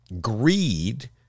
greed